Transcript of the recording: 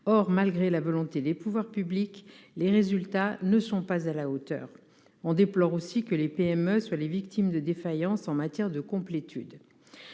Or, malgré la volonté des pouvoirs publics, les résultats ne sont pas à la hauteur. Nous déplorons aussi que les PME soient les victimes de défaillances en matière de complétude.